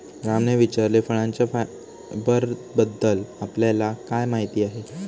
रामने विचारले, फळांच्या फायबरबद्दल आपल्याला काय माहिती आहे?